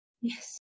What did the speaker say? Yes